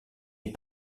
est